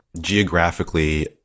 geographically